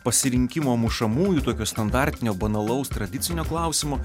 pasirinkimo mušamųjų tokio standartinio banalaus tradicinio klausimo